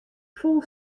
fol